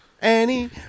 Annie